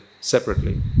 separately